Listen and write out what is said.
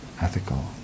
ethical